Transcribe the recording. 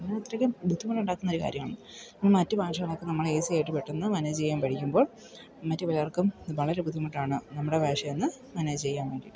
അങ്ങനെ അധികം ബുദ്ധിമുട്ടുണ്ടാക്കുന്ന ഒരു കാര്യമാണ് മറ്റ് ഭാഷകളൊക്കെ നമ്മൾ ഈസിയായിട്ട് പെട്ടെന്ന് മാനേജ് ചെയ്യാൻ പഠിക്കുമ്പോൾ മറ്റ് പലർക്കും ഇതു വളരെ ബുദ്ധിമുട്ടാണ് നമ്മുടെ ഭാഷയൊന്ന് മാനേജ് ചെയ്യാൻ വേണ്ടിയിട്ട്